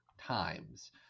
times